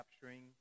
capturing